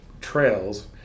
trails